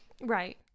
Right